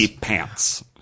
Pants